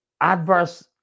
adverse